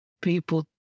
people